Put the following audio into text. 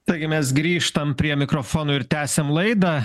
taigi mes grįžtam prie mikrofono ir tęsiam laidą